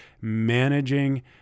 managing